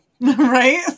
right